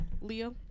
Leo